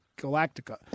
Galactica